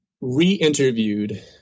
re-interviewed